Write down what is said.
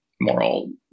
moral